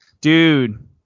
dude